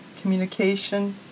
communication